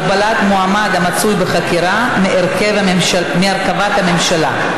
הגבלת מועמד המצוי בחקירה מהרכבת הממשלה),